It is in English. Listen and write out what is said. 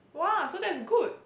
!wah! so that's good